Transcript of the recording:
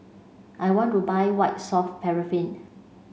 I want to buy White Soft Paraffin